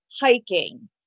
hiking